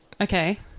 Okay